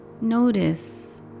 notice